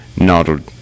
Nodded